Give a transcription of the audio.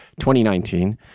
2019